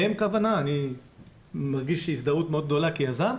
אני מרגיש הזדהות מאוד גדולה כיזם,